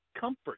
Comfort